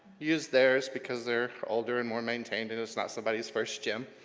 use theirs because they're older and more maintained and it's not somebody's first gem,